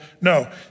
No